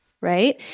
right